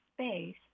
space